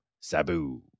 Sabu